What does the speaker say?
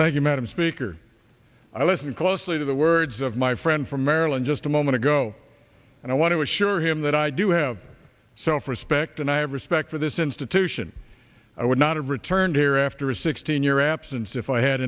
thank you madam speaker i listened closely to the words of my friend from maryland just a moment ago and i want to assure him that i do have self respect and i have respect for this institution i would not have returned here after a sixteen year absence if i had